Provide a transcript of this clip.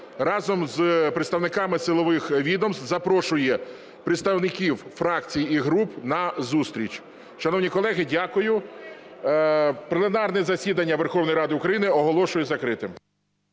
разом з представниками силових відомств запрошує представників фракцій і груп на зустріч. Шановні колеги, дякую. Пленарне засідання Верховної Ради України оголошую закритим.